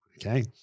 okay